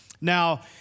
Now